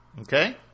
Okay